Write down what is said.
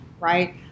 right